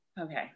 Okay